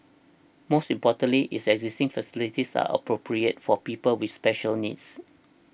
most importantly its existing facilities are appropriate for people with special needs